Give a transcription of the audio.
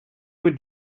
would